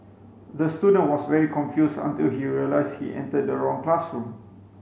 the student was very confused until he realised he entered the wrong classroom